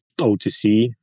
otc